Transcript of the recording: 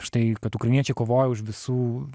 štai kad ukrainiečiai kovoja už visų